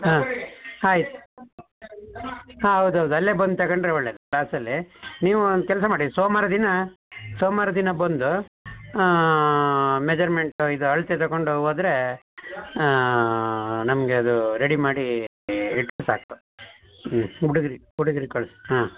ಹಾಂ ಆಯ್ತು ಹಾಂ ಹೌದು ಹೌದು ಅಲ್ಲೇ ಬಂದು ತಗೊಂಡರೆ ಒಳ್ಳೆಯದ ಕ್ಲಾಸಲ್ಲೆ ನೀವು ಒಂದ್ ಕೆಲಸ ಮಾಡಿ ಸೋಮವಾರ ದಿನ ಸೋಮವಾರ ದಿನ ಬಂದು ಮೆಜರ್ಮೆಂಟು ಇದು ಅಳತೆ ತಕೊಂಡು ಹೋದ್ರೆ ನಮಗೆ ಅದು ರೆಡಿ ಮಾಡಿ ಇಟ್ಟರೆ ಸಾಕು ಹ್ಞೂ ಹುಡುಗ್ರಿಗೆ ಹುಡುಗ್ರಿಗೆ ಕಳಿಸಿ ಹಾಂ